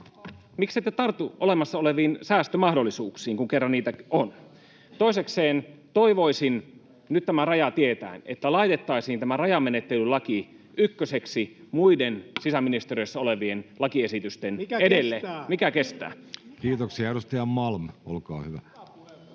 Miksette tartu olemassa oleviin säästömahdollisuuksiin, kun kerran niitä on? Toisekseen toivoisin, nyt tämän rajan tietäen, että laitettaisiin tämä rajamenettelylaki ykköseksi muiden sisäministeriössä olevien lakiesitysten edelle. Mikä kestää? [Speech 76] Speaker: Jussi Halla-aho